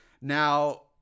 now